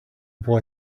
boy